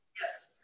Yes